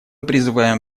призывам